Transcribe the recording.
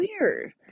weird